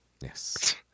yes